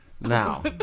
now